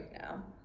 now